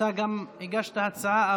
אתה גם הגשת הצעה,